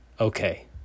okay